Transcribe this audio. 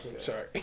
Sorry